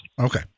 Okay